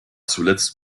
zuletzt